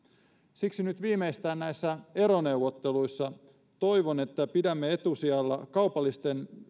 siksi toivon että nyt viimeistään näissä eroneuvotteluissa pidämme etusijalla kaupallisten